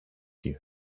you